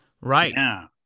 right